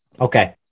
Okay